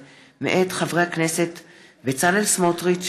מוסי רז, קסניה סבטלובה,